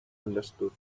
understood